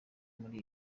muri